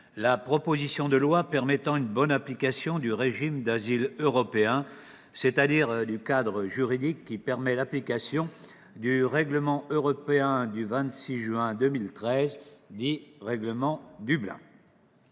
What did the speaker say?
la proposition de loi permettant une bonne application du régime d'asile européen, c'est-à-dire du cadre juridique qui permet l'application du règlement européen du 26 juin 2013, dit « règlement Dublin